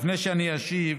לפני שאשיב,